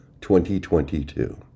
2022